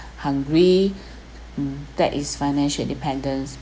hungry that is financial independence